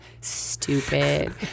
stupid